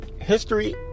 History